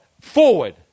forward